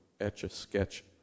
Etch-a-Sketch